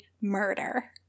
murder